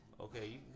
Okay